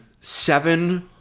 seven